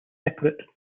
separate